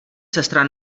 sestra